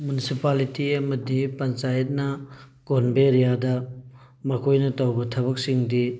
municipality ꯑꯃꯗꯤ ꯄꯟꯆꯥꯌꯦꯠꯅ ꯀꯣꯟꯕ ꯑꯔꯤꯌꯥꯗ ꯃꯈꯣꯏꯅ ꯇꯧꯕ ꯊꯕꯛꯁꯤꯡꯗꯤ